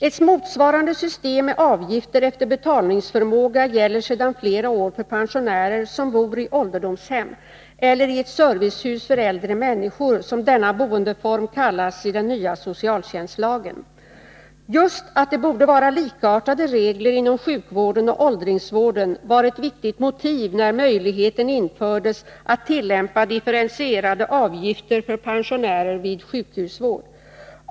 Ett motsvarande system med avgifter efter betalningsförmåga gäller sedan flera år för pensionärer som bor i ålderdomshem -— eller i ett servicehus för äldre människor, som denna boendeform kallas i den nya socialtjänstlagen. Just att det borde vara likartade regler inom sjukhusvården och åldringsvården var ett viktigt motiv när möjligheten infördes att tillämpa differentierade avgifter för pensionärer vid sjukhusvård.